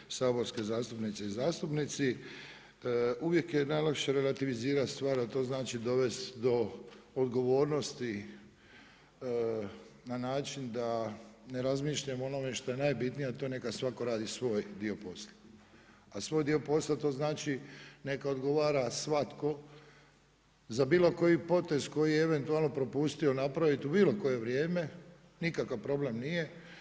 kolege, saborske zastupnice i zastupnici, uvijek je najlakše relativizirati stvar a to znači dovesti do odgovornosti na način da ne razmišljamo o onome što je najbitnije, a to je neka radi svoj dio posla, a svoj posla to znači neka odgovara svatko za bilo koji potez koji je eventualno propustio napraviti u bilo koje vrijeme, nikakav problem nije.